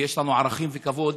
ויש לנו ערכים וכבוד,